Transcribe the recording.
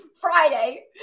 Friday